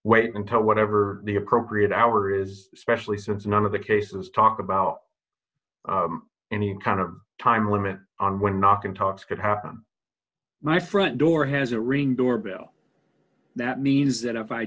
whatever the appropriate hour is especially since none of the cases talk about any kind of time limit on when knock and talks could happen my front door has a ring doorbell that means that if i